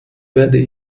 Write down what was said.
werde